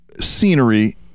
scenery